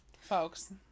Folks